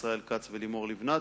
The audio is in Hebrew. ישראל כץ ולימור לבנת,